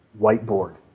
whiteboard